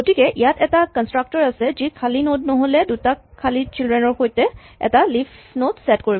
গতিকে ইয়াত এটা কনস্ট্ৰাক্টৰ আছে যি খালী নড নহলে দুটা খালী চিল্ড্ৰেন ৰ সৈতে এটা লিফ নড ছেট কৰিব